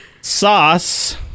Sauce